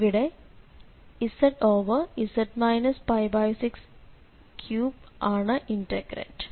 ഇവിടെ z z 63 ആണ് integrand